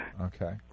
Okay